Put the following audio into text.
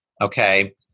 okay